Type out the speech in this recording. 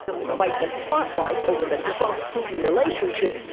to fight the spotlight over the trump putin relationship,